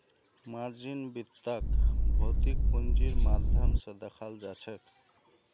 margin वित्तक भौतिक पूंजीर माध्यम स दखाल जाछेक